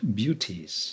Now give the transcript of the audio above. beauties